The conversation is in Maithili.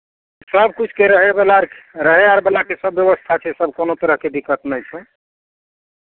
सभकिछुके रहयवला रहय आर वलाके सभ व्यवस्था छै सभ कोनो तरहके दिक्कत नहि छै